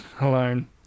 alone